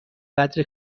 قدر